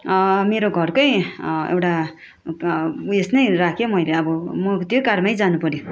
मेरो घरकै एउटा उयोस नै राखेँ मैले अब म त्यही कारमै जानु पर्यो